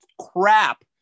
crap